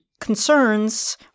concerns